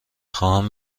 خواهم